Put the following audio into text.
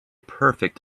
perfect